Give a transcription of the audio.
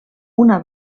una